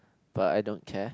but I don't care